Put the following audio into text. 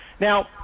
Now